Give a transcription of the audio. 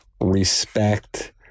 respect